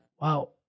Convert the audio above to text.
wow